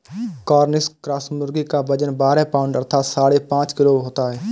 Cornish cross मुर्गी का वजन बारह पाउण्ड अर्थात साढ़े पाँच किलो होता है